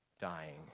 dying